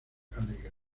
alegre